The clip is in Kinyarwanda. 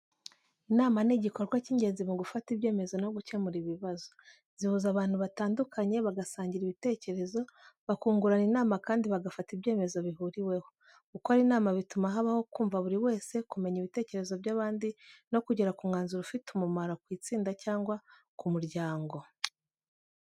Inama ni igikorwa cy’ingenzi mu gufata ibyemezo no gukemura ibibazo. Zihuza abantu batandukanye bagasangira ibitekerezo, bakungurana inama kandi bagafata ibyemezo bihuriweho. Gukora inama bituma habaho kumva buri wese, kumenya ibitekerezo by’abandi no kugera ku mwanzuro ufite umumaro ku itsinda cyangwa ku muryango.